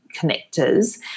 connectors